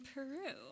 Peru